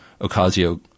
Ocasio